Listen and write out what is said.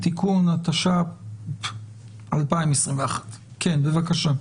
(תיקון), התשפ"ב-2021 אז האפוטרופסה,